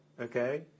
okay